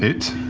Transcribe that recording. it?